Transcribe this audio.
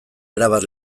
erabat